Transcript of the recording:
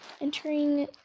Entering